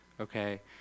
Okay